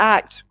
Act